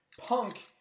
Punk